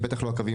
בטח לא הקווים